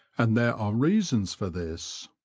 and there are reasons for this.